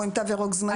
או עם תו ירוק זמני,